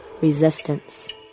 resistance